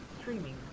streaming